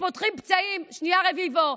שנייה, רביבו.